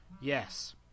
Yes